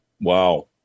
wow